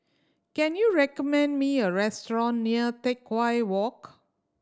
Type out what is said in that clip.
can you recommend me a restaurant near Teck Whye Walk